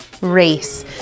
race